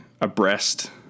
Abreast